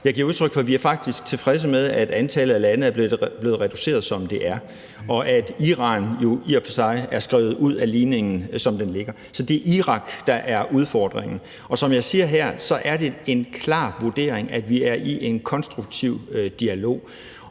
Jeg giver udtryk for, at vi faktisk er tilfredse med, at antallet af lande er blevet reduceret, som det er, og at Iran jo i og for sig er skrevet ud af ligningen, som det ligger. Så det er Irak, der er udfordringen, og som jeg siger her, er det en klar vurdering, at vi er i en konstruktiv dialog.